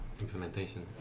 implementation